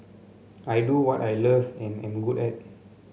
I do what I love and am good at